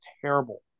terrible